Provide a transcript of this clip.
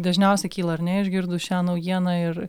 dažniausiai kyla ar ne išgirdus šią naujieną ir